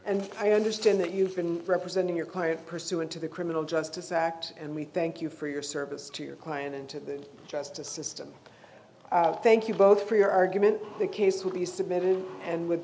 and i understand that you've been representing your client pursuant to the criminal justice act and we thank you for your service to your client into the justice system thank you both for your argument the case will be submitted and with